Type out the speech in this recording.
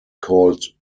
called